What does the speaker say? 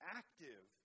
active